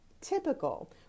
typical